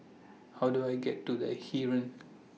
How Do I get to The Heeren